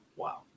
Wow